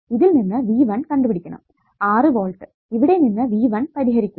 ഇതിൽ നിന്ന് V1 കണ്ടുപിടിക്കാം 6 വോൾട്ട് ഇവിടെ നിന്ന് V1 പരിഹരിക്കുക